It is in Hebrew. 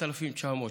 4,900 ש"ח.